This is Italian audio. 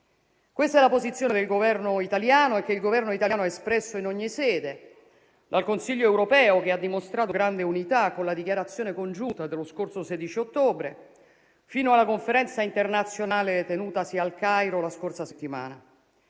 Questa è la posizione del Governo italiano che ha espresso in ogni sede, dal Consiglio europeo, che ha dimostrato grande unità con la dichiarazione congiunta dello scorso 16 ottobre, fino alla conferenza internazionale tenutasi a Il Cairo la scorsa settimana.